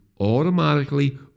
automatically